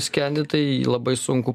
skendi tai labai sunku